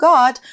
God